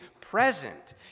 present